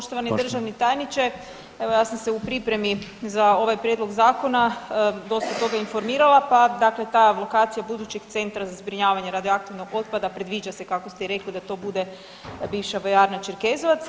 Poštovani državni tajniče, evo ja sam se u pripremi za ovaj prijedlog zakona dosta toga informirala pa dakle ta lokacija budućeg centra za zbrinjavanje radioaktivnog otpada predviđa se kako ste rekli da to bude bivša vojarna Čerkezovac.